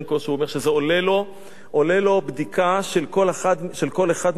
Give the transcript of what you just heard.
הוא אמר שעולה לו בדיקה של כל אחד מהם,